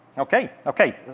okay, okay.